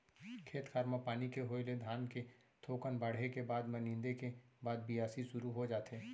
खेत खार म पानी के होय ले धान के थोकन बाढ़े के बाद म नींदे के बाद बियासी सुरू हो जाथे